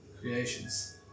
creations